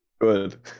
Good